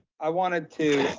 i wanted to